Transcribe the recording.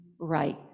right